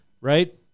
right